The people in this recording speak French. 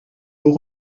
vous